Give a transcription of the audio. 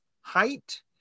height